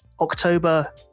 october